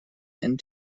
and